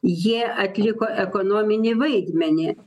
jie atliko ekonominį vaidmenį